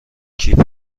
کیف